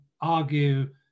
argue